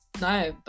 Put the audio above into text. no